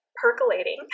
percolating